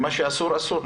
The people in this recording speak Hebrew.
ומה שאסור, אסור,